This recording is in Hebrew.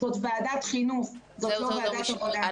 זאת ועדת חינוך, זאת לא ועדת עבודה.